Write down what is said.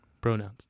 pronouns